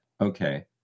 Okay